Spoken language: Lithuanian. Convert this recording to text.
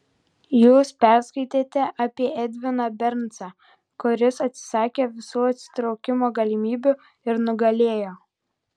jūs perskaitėte apie edviną bernsą kuris atsisakė visų atsitraukimo galimybių ir nugalėjo